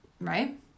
right